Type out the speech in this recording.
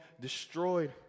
destroyed